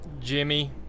Jimmy